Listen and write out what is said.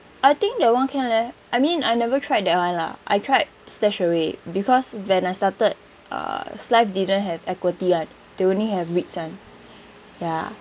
I think that [one] can leh I mean I never tried that [one] lah I tried StashAway because when I started uh SYFE didn't have equity [one] they only have REITs [one] ya